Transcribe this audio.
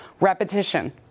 repetition